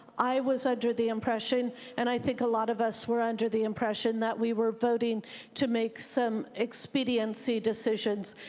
i was under the impression and i think a lot of us were under the impression that we were voting to make some expediency decisions,